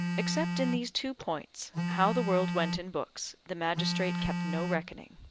except in these two points, how the world went in books, the magistrate kept no reckoning.